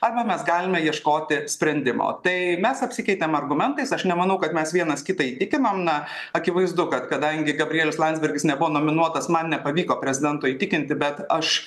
arba mes galime ieškoti sprendimo tai mes apsikeitėm argumentais aš nemanau kad mes vienas kitą įtikinamom na akivaizdu kad kadangi gabrielius landsbergis nebuvo nominuotas man nepavyko prezidento įtikinti bet aš